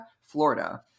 Florida